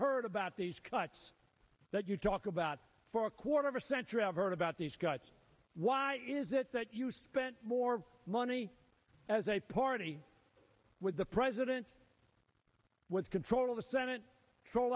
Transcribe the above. heard about these cuts that you talk about for a quarter century i've heard about these cuts why is it that you spent more money as a party with the president with control of the senate tro